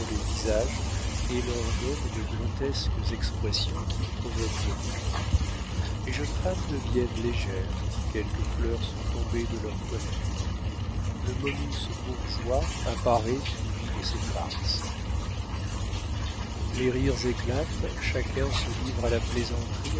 les visages et leur donnent de grotesques expressions qui provoquent le rire les jeunes femmes deviennent légères quelques fleurs sont tombées de leurs coiffures le momus bourgeois apparaît suivi de ses farces les rires éclatent chacun se livre à la plaisanterie